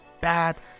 bad